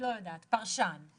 פרשן למשל.